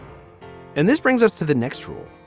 and this brings us to the next rule.